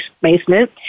basement